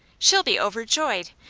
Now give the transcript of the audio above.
she'll be overjoyed!